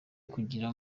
kugira